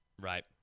right